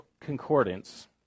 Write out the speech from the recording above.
concordance